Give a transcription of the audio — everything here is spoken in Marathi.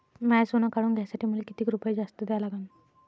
माय सोनं काढून घ्यासाठी मले कितीक रुपये जास्त द्या लागन?